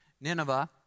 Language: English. Nineveh